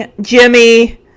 Jimmy